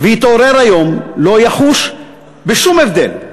ויתעורר היום לא יחוש בשום הבדל.